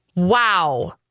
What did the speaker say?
Wow